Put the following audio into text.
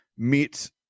Meets